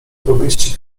powieści